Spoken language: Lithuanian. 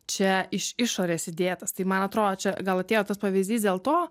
čia iš išorės įdėtas tai man atrodo čia gal atėjo tas pavyzdys dėl to